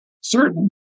certain